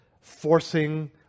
forcing